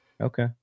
okay